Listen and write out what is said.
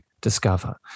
discover